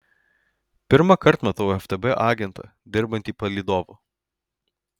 pirmąkart matau ftb agentą dirbantį palydovu